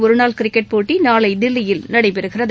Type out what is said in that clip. ஒருநாள் கிரிக்கெட் போட்டி நாளை தில்லியில் நடைபெறுகிறது